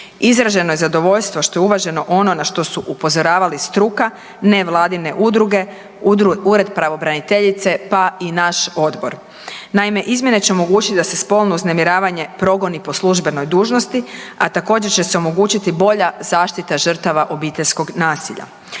Izraženo je zadovoljstvo što je uvaženo ono na što su upozoravali struka, nevladine udruge, Ured pravobraniteljice, pa i naš odbor. Naime, izmjene će omogućiti da se spolno uznemiravanje progoni po službenoj dužnosti, a također će se omogućiti bolja zaštita žrtava obiteljskog nasilja.